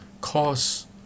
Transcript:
cause